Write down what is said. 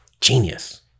genius